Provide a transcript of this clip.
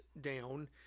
down